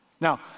Now